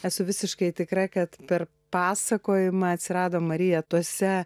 esu visiškai tikra kad per pasakojimą atsirado marija tuose